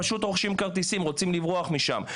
פשוט רוכשים כרטיסים כי רוצים לברוח משם.